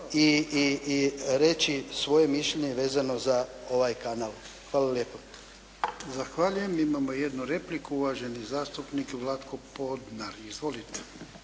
i reći svoje mišljenje vezano za ovaj kanal. Hvala lijepo. **Jarnjak, Ivan (HDZ)** Zahvaljujem. Imamo jednu repliku, uvaženi zastupnik Vlatko Podnar. Izvolite.